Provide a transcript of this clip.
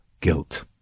guilt